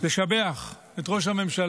אני רוצה לשבח את ראש הממשלה